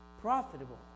profitable